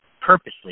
purposely